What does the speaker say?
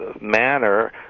manner